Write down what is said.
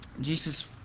Jesus